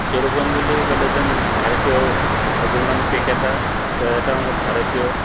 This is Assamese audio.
সৌৰভ গাংগুলী হ'ল এজন ভাৰতীয় উদীয়মান ক্ৰিকেটাৰ তেওঁ এটা সময়ত ভাৰতীয়